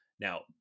Now